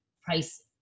price